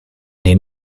den